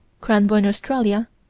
cranbourne, australia,